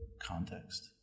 context